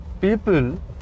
people